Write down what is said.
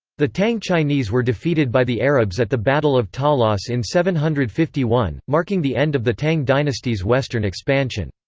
the tang chinese were defeated by the arabs at the battle of talas in seven hundred and fifty one, marking the end of the tang dynasty's western expansion.